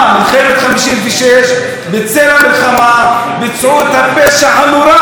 מלחמת 1956. בצל המלחמה ביצעו את הפשע הנורא,